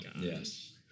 Yes